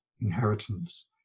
inheritance